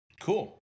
Cool